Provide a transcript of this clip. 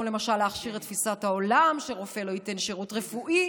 כמו למשל להכשיר את תפיסת העולם שרופא לא ייתן שירות רפואי